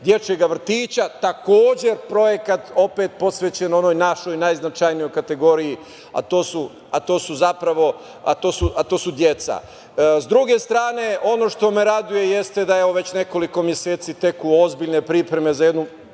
dečijeg vrtića, takođe projekat posvećen našoj najznačajnijoj kategoriji, a to su deca.S druge strane, ono što me raduje jeste da već nekoliko meseci teku ozbiljne pripreme za jednu